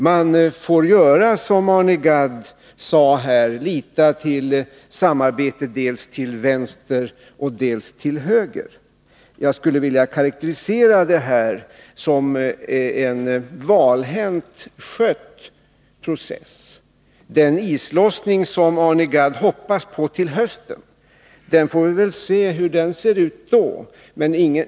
Man får, som Arne Gadd här sade, lita till samarbete dels till vänster, dels till höger. Jag skulle vilja karakterisera detta som en valhänt skött process. Arne Gadd hoppas på en islossning till hösten. Vi får se hur det ser ut då.